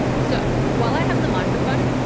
so, while i have the microphone,